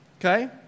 okay